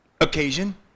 occasion